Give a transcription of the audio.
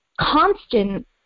constant